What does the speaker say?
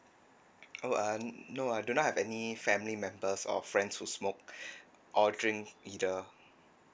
oh err no I do not have any family members or friends who smoke or drink either